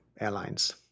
airlines